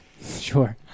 Sure